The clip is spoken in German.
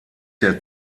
der